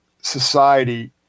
society